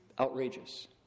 outrageous